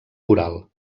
coral